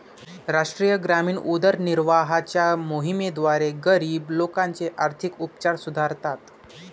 राष्ट्रीय ग्रामीण उदरनिर्वाहाच्या मोहिमेद्वारे, गरीब लोकांचे आर्थिक उपचार सुधारतात